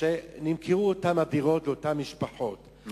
שאותן הדירות נמכרו לאותן משפחות.